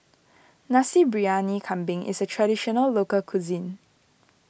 Nasi Briyani Kambing is a Traditional Local Cuisine